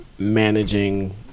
managing